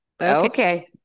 okay